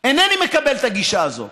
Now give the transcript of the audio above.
אינני מקבל את הגישה הזאת.